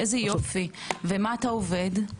איזה יופי ומה אתה עובד?